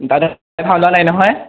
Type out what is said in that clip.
ভাও লোৱা নাই নহয়